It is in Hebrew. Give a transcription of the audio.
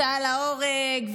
ההוצאה להורג.